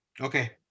Okay